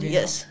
Yes